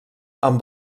amb